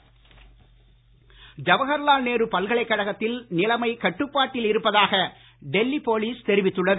del V police Jawaharlal Nehru பல்கலைக் கழகத்தில் நிலைமை கட்டுப்பாட்டில் இருப்பதாக டெல்லி போலீஸ் தெரிவித்துள்ளது